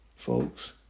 Folks